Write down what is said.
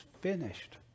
finished